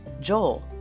Joel